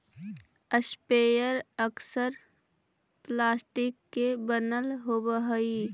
sprayer अक्सर plastic के बनल होवऽ हई